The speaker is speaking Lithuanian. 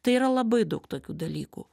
tai yra labai daug tokių dalykų